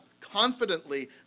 confidently